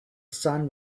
sun